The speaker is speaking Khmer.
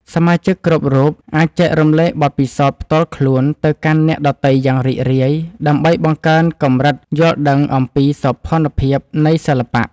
សមាជិកគ្រប់រូបអាចចែករំលែកបទពិសោធន៍ផ្ទាល់ខ្លួនទៅកាន់អ្នកដទៃយ៉ាងរីករាយដើម្បីបង្កើនកម្រិតយល់ដឹងអំពីសោភ័ណភាពនៃសិល្បៈ។